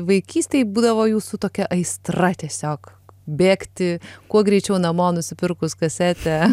vaikystėje būdavo jūsų tokia aistra tiesiog bėgti kuo greičiau namo nusipirkus kasetę